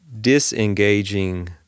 disengaging